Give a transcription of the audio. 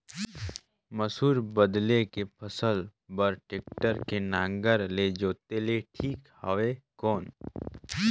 मसूर बदले के फसल बार टेक्टर के नागर ले जोते ले ठीक हवय कौन?